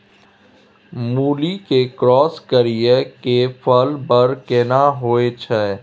मूली के क्रॉस करिये के फल बर केना होय छै?